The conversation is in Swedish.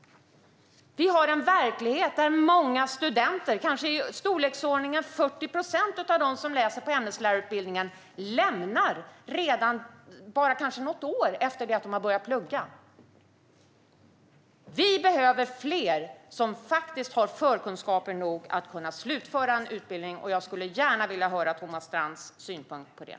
Vi har en verklighet där många studenter, kanske i storleksordningen 40 procent av dem som läser på ämneslärarutbildningen, lämnar redan kanske bara något år efter att de börjat plugga. Vi behöver fler som har förkunskaper nog att kunna slutföra en utbildning. Jag skulle gärna vilja höra Thomas Strands synpunkt på det.